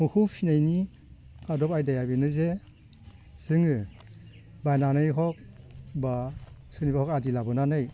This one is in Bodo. मोखौ फिसिनायनि आदब आयदाया बेनोदि जोङो बायनानै हग बा सोरनिबा आदि लाबोनानै